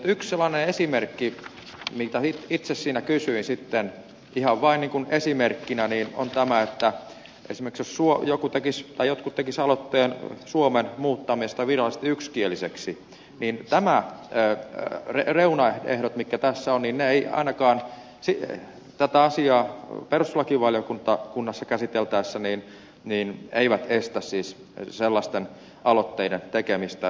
niin yksi sellainen esimerkki mitä itse siinä kysyin sitten ihan vain esimerkkinä on tämä että esimerkiksi jos jotkut tekisivät aloitteen suomen muuttamisesta virallisesti yksikieliseksi niin nämä reunaehdot mitkä tässä ovat eivät ainakaan tätä asiaa perustuslakivaliokunnassa käsiteltäessä estä siis sellaisten aloitteiden tekemistä